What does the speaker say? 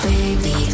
Baby